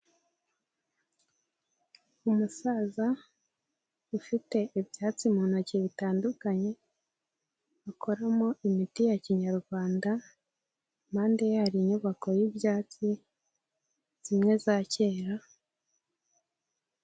Umusaza ufite ibyatsi mu ntoki bitandukanye, akoramo imiti ya kinyarwanda ,impande ye hari inyubako y'ibyatsi, zimwe za kera.